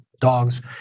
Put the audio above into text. dogs